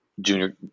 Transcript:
junior